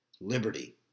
liberty